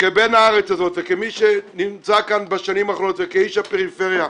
כבן הארץ הזאת וכמי שנמצא כאן בשנים האחרונות וכאיש הפריפריה,